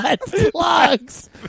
plugs